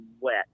wet